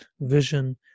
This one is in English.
vision